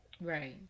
Right